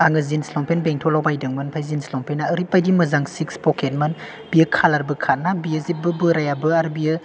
आं जिन्स लंपेन्त बेंथ'लाव बायदोंमोन ओमफ्राय जिन्स लंपेन्ता ओरैबादि मोजां सिक्स पकेतमोन बियो खालारबो खारा आरो बियो जेबो बोरायाबो आरो बियो